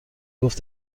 گفت